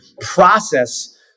process